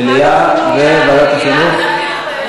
מליאה וועדת החינוך.